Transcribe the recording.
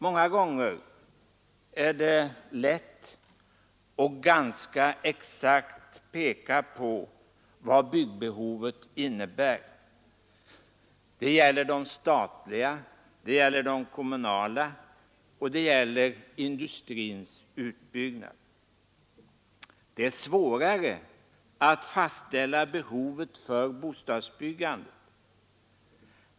Många gånger är det lätt att ganska exakt peka på vad byggbehovet innebär — det gäller det statliga och det kommunala byggbehovet, och det gäller industrins utbyggnad. Det är svårare att fastställa behovet för bostadsbyggandet.